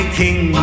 king